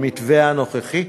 במתווה הנוכחי?